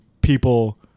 people